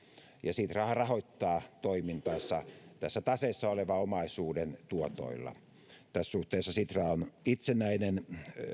sitrahan rahoittaa toimintansa tässä taseessa olevan omaisuuden tuotoilla tässä suhteessa sitra on itsenäinen